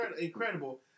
incredible